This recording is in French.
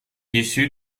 issu